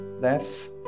death